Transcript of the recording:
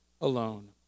alone